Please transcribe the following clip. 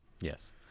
yes